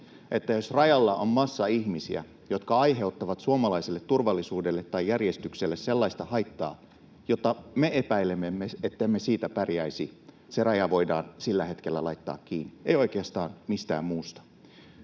että jos rajalla on massa ihmisiä, jotka aiheuttavat suomalaiselle turvallisuudelle tai järjestykselle sellaista haittaa, että epäilemme, ettemme sille pärjäisi, se raja voidaan sillä hetkellä laittaa kiinni — ei oikeastaan mistään muusta.